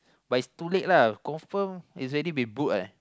but is too late lah confirm it's already been booked what